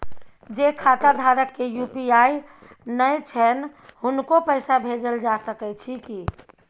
जे खाता धारक के यु.पी.आई नय छैन हुनको पैसा भेजल जा सकै छी कि?